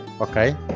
Okay